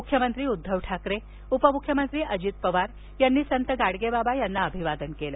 मुख्यमंत्री उद्धव ठाकरे उपमुख्यमंत्री अजित पवार यांनी संत गाडगेबाबा यांना अभिवादन केलं